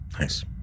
Nice